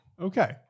Okay